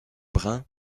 brun